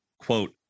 quote